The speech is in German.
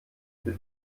für